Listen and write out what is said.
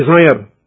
desire